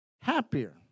happier